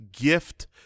gift